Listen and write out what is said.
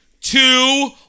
two